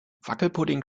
wackelpudding